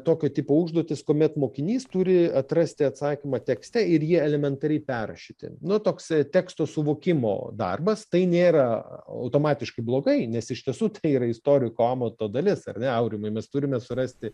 tokio tipo užduotys kuomet mokinys turi atrasti atsakymą tekste ir jį elementariai perrašyti nu toks teksto suvokimo darbas tai nėra automatiškai blogai nes iš tiesų tai yra istoriko amato dalis ar ne aurimai mes turime surasti